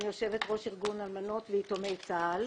יושבת-ראש ראש ארגון אלמנות ויתומי צה"ל.